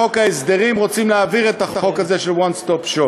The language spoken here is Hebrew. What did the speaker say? שבחוק ההסדרים רוצים להעביר את החוק הזה של One Stop Shop.